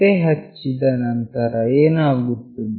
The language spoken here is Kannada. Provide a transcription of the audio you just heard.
ಪತ್ತೆಹಚ್ಚಿದ ನಂತರ ಏನಾಗುತ್ತದೆ